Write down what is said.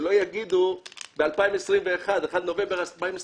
שלא יגידו ב-1 בנובמבר 2021,